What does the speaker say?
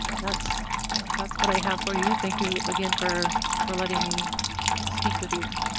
that's that's what i have for you. thank you again for for letting me speak with you.